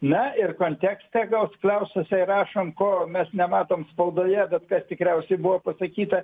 na ir kontekste gal skliaustuose įrašom ko mes nematom spaudoje bet kas tikriausiai buvo pasakyta